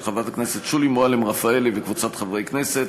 של חברת הכנסת שולי מועלם-רפאלי וקבוצת חברי הכנסת,